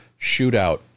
shootout